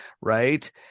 right